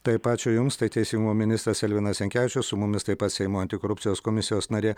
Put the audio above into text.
taip ačiū jums tai teisingumo ministras elvinas jankevičius su mumis taip pat seimo antikorupcijos komisijos narė